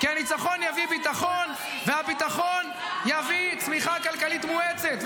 כי הניצחון יביא ביטחון והביטחון יביא צמיחה כלכלית מואצת.